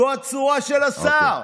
"אפס" זו הצורה של השר.